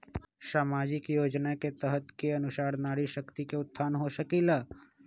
सामाजिक योजना के तहत के अनुशार नारी शकति का उत्थान हो सकील?